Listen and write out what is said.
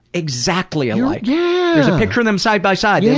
exactly alike. yeah picture them side by side. yeah